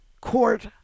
Court